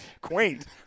Quaint